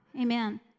Amen